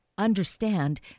Understand